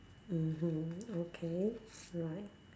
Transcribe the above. mmhmm okay right